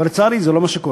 אבל, לצערי, זה לא מה שקורה.